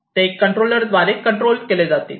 ते कंट्रोलद्वारे कंट्रोल केले जातील